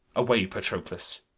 away, patroclus!